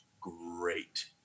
great